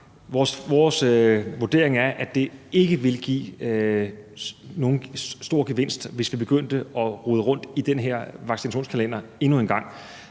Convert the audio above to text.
Vores vurdering er, at det ikke ville give nogen stor gevinst, hvis vi begyndte at rode rundt i den her vaccinationskalender endnu en gang.